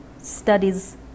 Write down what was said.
studies